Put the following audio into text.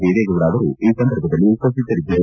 ದೇವೇಗೌಡ ಅವರು ಈ ಸಂದರ್ಭದಲ್ಲಿ ಉಪಸ್ಥಿತರಿದ್ದರು